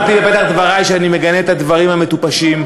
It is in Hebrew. אמרתי בפתח דברי שאני מגנה את הדברים המטופשים.